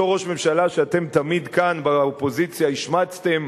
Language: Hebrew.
אותו ראש ממשלה שאתם תמיד כאן באופוזיציה השמצתם